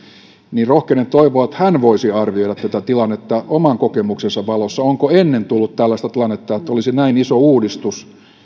niin rohkenen toivoa että hän voisi arvioida tätä tilannetta oman kokemuksensa valossa onko ennen tullut tällaista tilannetta että olisi näin iso uudistus